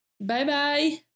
Bye-bye